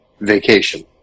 vacation